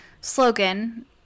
slogan